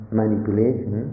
manipulation